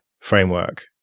framework